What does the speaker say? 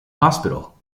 hospital